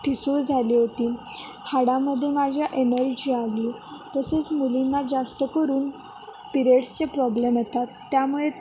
ठिसूळ झाली होती हाडामध्ये माझ्या एनर्जी आली तसेच मुलींना जास्त करून पिरेड्सचे प्रॉब्लेम येतात त्यामुळे